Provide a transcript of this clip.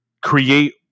create